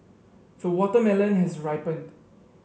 the watermelon has ripened